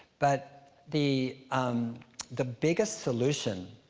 but the um the biggest solution